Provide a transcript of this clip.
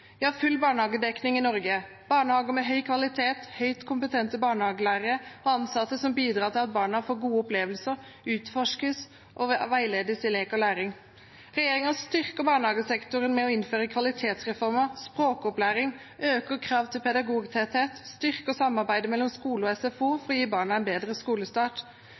Vi har full barnehagedekning i Norge. Vi har barnehager med høy kvalitet, høyt kompetente barnehagelærere og ansatte som bidrar til at barna får gode opplevelser, utforsker og veiledes i lek og læring. Regjeringen styrker barnehagesektoren ved å innføre kvalitetsreformer, språkopplæring, øke kravet til pedagogtetthet og styrke samarbeidet mellom skole og SFO for å gi barna en bedre skolestart.